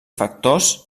factors